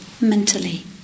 mentally